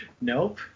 Nope